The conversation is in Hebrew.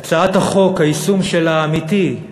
הצעת החוק, היישום שלה, האמיתי,